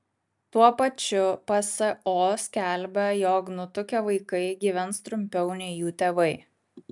tuo pačiu pso skelbia jog nutukę vaikai gyvens trumpiau nei jų tėvai